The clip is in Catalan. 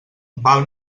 val